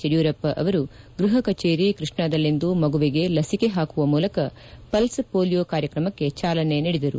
ಯದಿಯೂರಪ್ಪ ಅವರು ಗೃಹ ಕಚೇರಿ ಕೃಷ್ಣಾದಲ್ಲಿಂದು ಮಗುವಿಗೆ ಲಸಿಕೆ ಹಾಕುವ ಮೂಲಕ ಪಲ್ಸ್ ಪೊಲಿಯೋ ಕಾರ್ಯಕ್ರಮಕ್ಕೆ ಚಾಲನೆ ನೀಡಿದರು